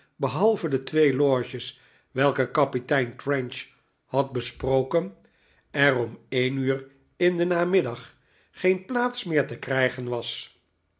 behalve de twee loges welke kapitein trench had besproken er om een uur in den namiddag geen plaats meer te krijgen was